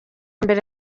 mbere